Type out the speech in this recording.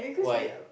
why